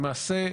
למעשה,